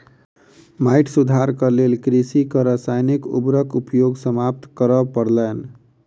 माइट सुधारक लेल कृषकक रासायनिक उर्वरक उपयोग समाप्त करअ पड़लैन